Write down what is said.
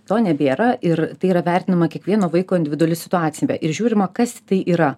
to nebėra ir tai yra vertinama kiekvieno vaiko individuali situacija ir žiūrima kas tai yra